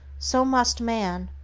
so must man,